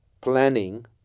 planning